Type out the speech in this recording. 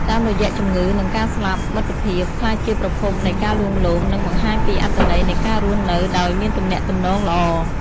តាមរយៈជំងឺ និងការស្លាប់ មិត្តភាពក្លាយជាប្រភពនៃការលួងលោម និងបង្ហាញពីអត្ថន័យនៃការរស់នៅដោយមានទំនាក់ទំនងល្អ។